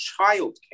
childcare